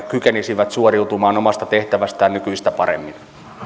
kykenisivät suoriutumaan omasta tehtävästään nykyistä paremmin